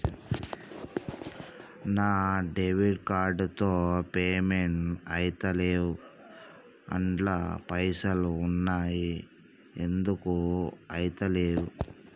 నా debit card తో payment ఐతలేవ్ అండ్ల పైసల్ ఉన్నయి ఎందుకు ఐతలేవ్?